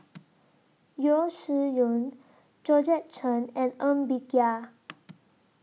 Yeo Shih Yun Georgette Chen and Ng Bee Kia